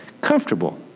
comfortable